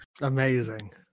Amazing